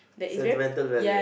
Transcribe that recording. sentimental value